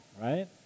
right